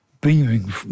beaming